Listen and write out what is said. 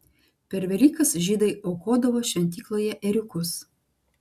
per velykas žydai aukodavo šventykloje ėriukus